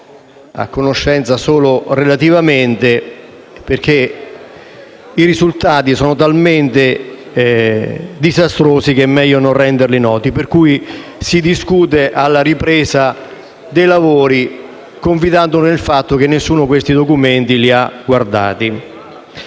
a conoscenza solo relativamente perché i risultati sono talmente disastrosi che è meglio non renderli noti. Dunque se ne discute alla ripresa dei lavori, confidando nel fatto che nessuno abbia esaminato i documenti